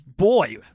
Boy